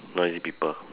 noisy people